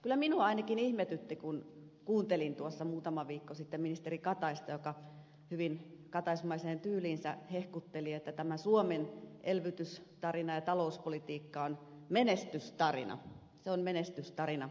kyllä minua ainakin ihmetytti kun kuuntelin tuossa muutama viikko sitten ministeri kataista joka hyvin kataismaiseen tyyliinsä hehkutteli että tämä suomen elvytystarina ja talouspolitiikka on menestystarina se on menestystarina